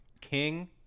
King